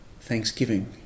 Thanksgiving